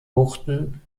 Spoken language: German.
buchten